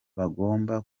hagomba